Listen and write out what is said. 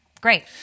Great